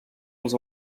als